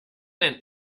ein